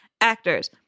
actors